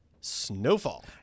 Snowfall